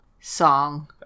song